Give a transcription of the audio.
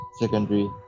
Secondary